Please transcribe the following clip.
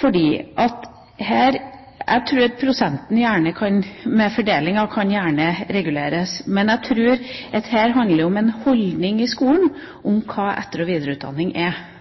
Fordelingsprosenten kan gjerne reguleres, men jeg tror at